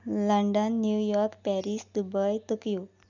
London New York Paris Dubai Tokyo